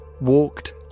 walked